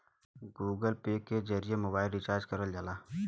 Google Pay के जरिए mobile recharge करल जाला